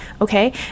okay